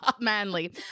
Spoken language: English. Manly